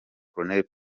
colonel